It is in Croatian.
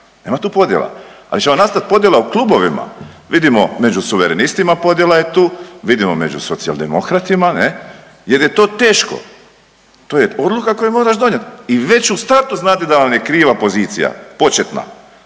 Nema tu podjela. Ali će vam nastati podjela u klubovima. Vidimo među Suverenistima podjela je tu, vidimo među Socijaldemokratima ne? Jer je to teško. To je odluka koju moraš donijeti i već u startu znati da vam je kriva pozicija početna.